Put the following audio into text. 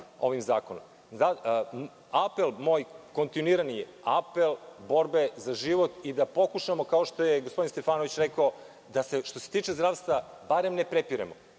ovim zakonom. Apel moj, kontinuirani je apel borbe za život. Da pokušamo, kao što je gospodin Stefanović rekao, da što se tiče zdravstva, barem ne prepiremo.